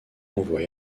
envoie